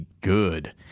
good